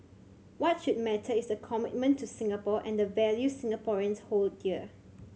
what should matter is the commitment to Singapore and the values Singaporeans hold dear